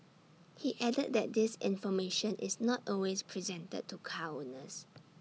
he added that this information is not always presented to car owners